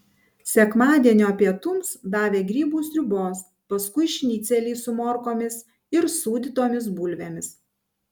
sekmadienio pietums davė grybų sriubos paskui šnicelį su morkomis ir sūdytomis bulvėmis